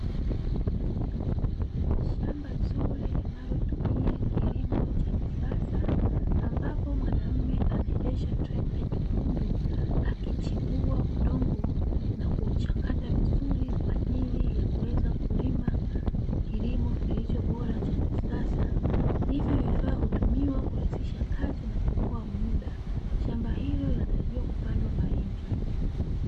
Shamba zuri linalotumia kilimo cha kisasa ambapo mwanamume anaendesha trakta nyekundu, akichimbua udongo na kuuchakata vizuri kwa ajili ya kuweza kulima kilimo kilicho bora cha kisasa hivi vifaa utumiwa kurahisisha kazi na kukuwa muda shamba hilo linatarajiwa kupandwa mahindi.